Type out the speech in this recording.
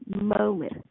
moment